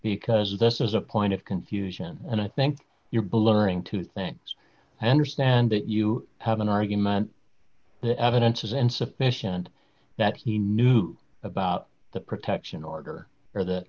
because this is a point of confusion and i think you're blurring two things i understand that you have an argument the evidence is insufficient that he knew about the protection order or that